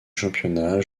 championnat